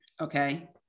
okay